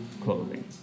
clothing